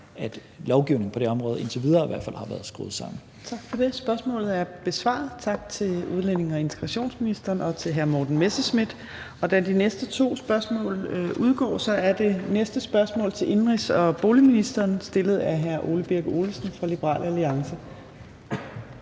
Kl. 14:47 Fjerde næstformand (Trine Torp): Tak for det. Spørgsmålet er besvaret. Tak til udlændinge- og integrationsministeren og til hr. Morten Messerschmidt. Da de næste to spørgsmål udgår, er det næste spørgsmål til indenrigs- og boligministeren, stillet af hr. Ole Birk Olesen fra Liberal Alliance.